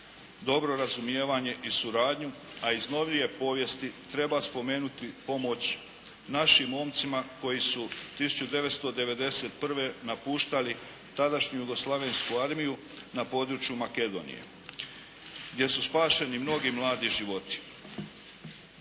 dobro razumijevanje i suradnju a iz novije povijesti treba spomenuti pomoć našim momcima koji su 1991. napuštali tadašnju jugoslavensku armiju na području Makedonije gdje su spašeni mnogi mladi životi.